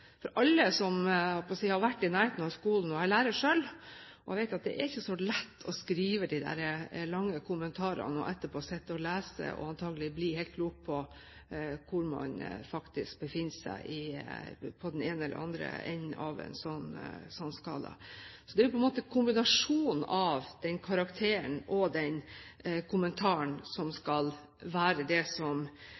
For alle som har vært i nærheten av skolen, og jeg er lærer selv, vet at det er ikke så lett å skrive disse lange kommentarene – man skal etterpå sitte og lese og prøve å bli klok på hvor man faktisk befinner seg, i den ene eller andre enden av en skala. Det er kombinasjonen av karakteren og kommentaren som skal være det som i sum gir en